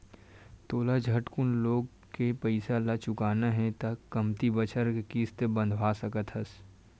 तोला झटकुन लोन के पइसा ल चुकाना हे त कमती बछर के किस्त बंधवा सकस हस